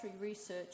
Research